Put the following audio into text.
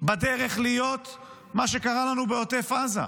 בדרך להיות מה שקרה לנו בעוטף עזה.